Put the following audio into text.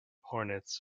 hornets